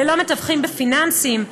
ללא מתווכים בפיננסים.